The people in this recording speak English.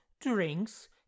drinks